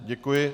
Děkuji.